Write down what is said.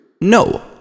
No